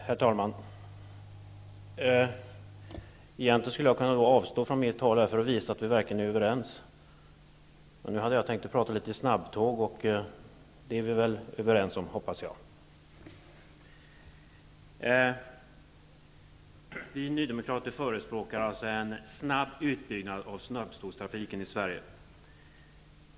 Herr talman! Egentligen skulle jag kunna avstå från mitt anförande för att visa att vi verkligen är överens. Jag hade emellertid tänkt tala litet om snabbtåg, och i den frågan hoppas jag att vi är överens. Vi nydemokrater förespråkar en snabb utbyggnad av snabbtågstrafiken i Sverige.